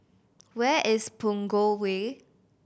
where is Punggol Way